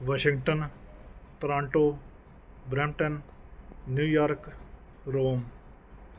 Washington Toronto Brampton New York Rome